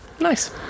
Nice